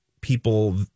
people